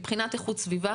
מבחינת איכות סביבה